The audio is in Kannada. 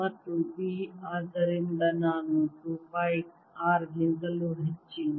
ಮತ್ತು B ಆದ್ದರಿಂದ ನಾನು 2 ಪೈ r ಗಿಂತಲೂ ಹೆಚ್ಚಿಲ್ಲ